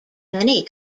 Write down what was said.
many